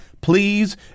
please